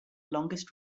longest